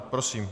Prosím.